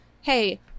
hey